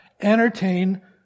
entertain